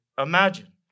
imagine